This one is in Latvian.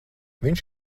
viņš